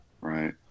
Right